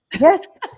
Yes